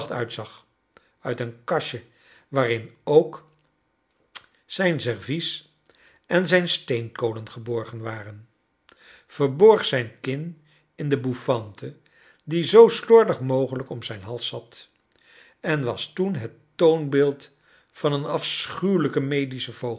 uitzag uit een kastje waarin ook zijn servies en zijn steenkolen geborgen waren verborg zijn kin in de bouffante die zoo siordig mogelijk om zijn hals zat en was toen net toonbeeld van een afschuwejijken medischen